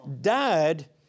died